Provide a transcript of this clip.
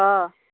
অঁ